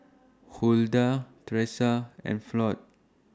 Huldah Tresa and Floyd